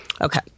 Okay